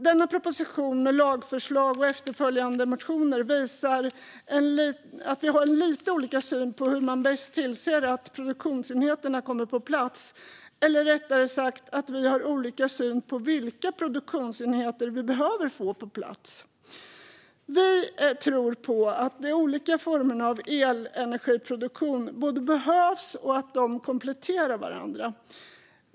Denna proposition med lagförslag och efterföljande motioner visar att vi har lite olika syn på hur man bäst tillser att produktionsenheter kommer på plats, eller rättare sagt att vi har olika syn på vilka produktionsenheter vi behöver få på plats. Vi tror på att de olika formerna av elenergiproduktion både behövs och kompletterar varandra.